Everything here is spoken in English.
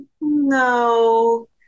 no